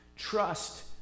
trust